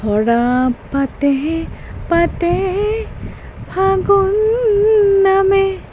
সৰা পাতে পাতে ফাগুন নামে